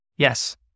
yes